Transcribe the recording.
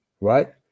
right